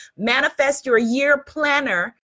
ManifestYourYearPlanner